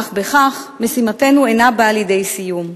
אך בכך משימתנו אינה באה לידי סיום.